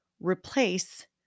replace